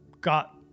got